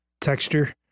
texture